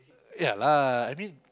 ya lah I mean